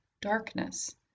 darkness